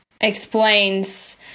explains